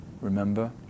Remember